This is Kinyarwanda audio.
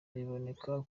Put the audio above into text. riboneka